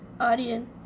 audience